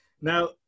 Now